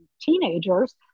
teenagers